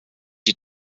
die